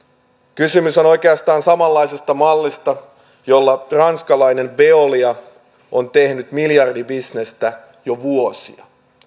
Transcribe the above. kysymys on oikeastaan samanlaisesta mallista jolla ranskalainen veolia on tehnyt miljardibisnestä jo vuosia